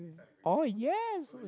oh yes